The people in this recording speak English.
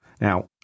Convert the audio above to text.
Now